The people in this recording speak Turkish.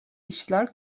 işler